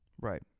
Right